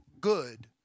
good